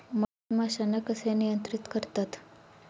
मधमाश्यांना कसे नियंत्रित करतात?